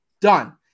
done